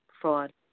fraud